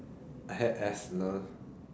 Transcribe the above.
I had